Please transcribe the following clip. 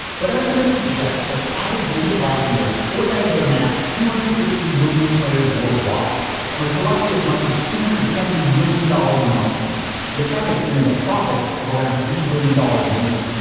but estimates suggest that as of the end of last year, fortnight had amassed two hundred and fifty million players worldwide and was collecting as much as three hundred and seventy million dollars a month with epic clearing a profit of around three billion dollars a year.